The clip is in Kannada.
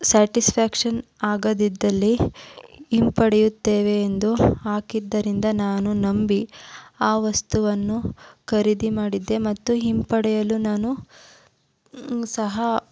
ಸ್ಯಾಟಿಸ್ಫ್ಯಾಕ್ಷನ್ ಆಗದಿದ್ದಲ್ಲಿ ಹಿಂಪಡೆಯುತ್ತೇವೆ ಎಂದು ಹಾಕಿದ್ದರಿಂದ ನಾನು ನಂಬಿ ಆ ವಸ್ತುವನ್ನು ಖರೀದಿ ಮಾಡಿದ್ದೆ ಮತ್ತು ಹಿಂಪಡೆಯಲು ನಾನು ಸಹ